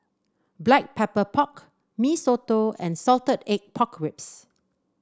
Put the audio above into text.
Black Pepper Pork Mee Soto and Salted Egg Pork Ribs